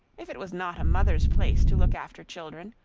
if it was not a mother's place to look after children,